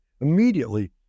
Immediately